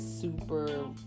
super